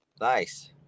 Nice